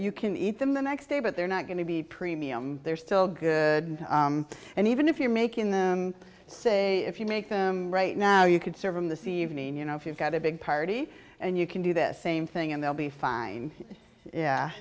you can eat them the next day but they're not going to be premium they're still good and even if you're making them say if you make them right now you could serve them the cvs mean you know if you've got a big party and you can do this same thing and they'll be fine yeah